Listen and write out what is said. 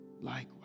likewise